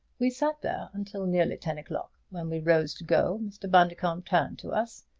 we sat there until nearly ten o'clock. when we rose to go mr. bundercombe turned to us.